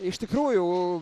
iš tikrųjų